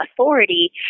authority